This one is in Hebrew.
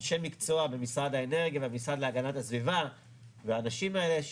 אנשי מקצוע במשרד האנרגיה והמשרד להגנת הסביבה והאנשים האלה,